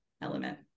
element